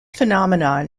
phenomenon